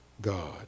God